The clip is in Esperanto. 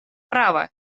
prava